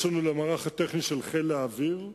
יש לנו במערך הטכני של חיל האוויר,